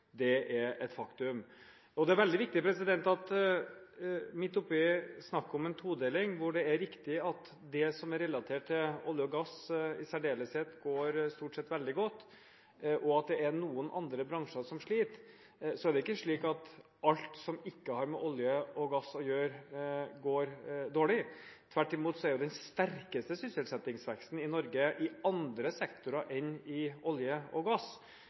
er et faktum. Og det er veldig viktig at midt oppi snakket om en todeling – hvor det er riktig at det som er relatert til olje og gass i særdeleshet, stort sett går veldig godt, og at det er noen andre bransjer som sliter – ikke er slik at alt som ikke har med olje og gass å gjøre, går dårlig. Tvert imot er den sterkeste sysselsettingsveksten i Norge i andre sektorer enn olje og gass.